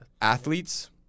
athletes